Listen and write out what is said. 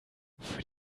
für